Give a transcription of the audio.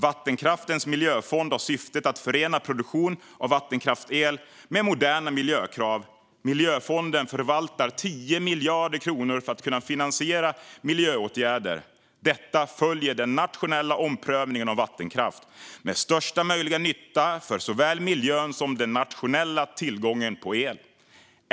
Vattenkraftens miljöfond har till syfte att förena produktion av vattenkraftsel med moderna miljökrav. Miljöfonden förvaltar 10 miljarder kronor för att kunna finansiera miljöåtgärder. Detta följer den nationella omprövningen av vattenkraft, med största möjliga nytta för såväl miljön som den nationella tillgången på el.